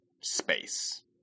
space